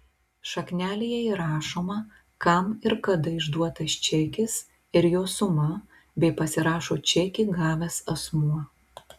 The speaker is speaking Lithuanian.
šaknelėje įrašoma kam ir kada išduotas čekis ir jo suma bei pasirašo čekį gavęs asmuo